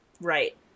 Right